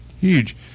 huge